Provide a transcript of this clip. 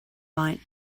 might